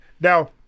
Now